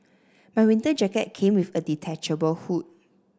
my winter jacket came with a detachable hood